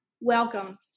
welcome